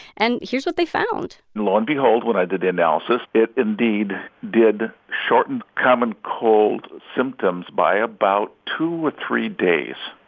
and here's what they found lo and behold, when i did the analysis, it indeed did shorten common cold symptoms by about two or three days.